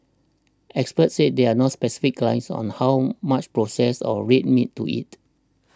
experts said there are no specific guidelines on how much processed or red meat to eat